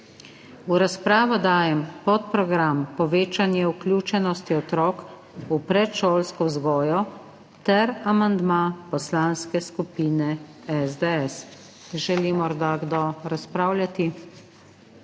V razpravo dajem podprogram Povečanje vključenosti otrok v predšolsko vzgojo ter amandma Poslanske skupine SDS. Želi morda kdo razpravljati?